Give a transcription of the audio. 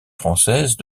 françaises